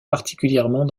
particulièrement